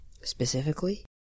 specifically